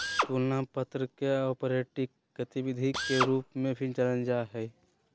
तुलना पत्र के ऑपरेटिंग गतिविधि के रूप में भी जानल जा हइ